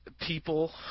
People